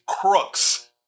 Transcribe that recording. crooks